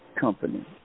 company